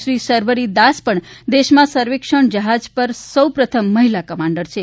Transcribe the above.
શ્રી સર્વરી દાસ પણ દેશમાં સર્વેક્ષણ જહાજ પર સૌ પ્રથમ મહિલા કમાન્ડર છે